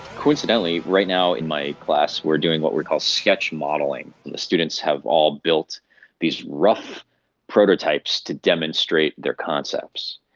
coincidentally right now in my class we are doing what we call sketch modelling, and the students have all built these rough prototypes to demonstrate their concepts.